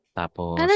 tapos